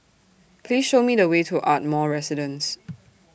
Please Show Me The Way to Ardmore Residence